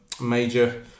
major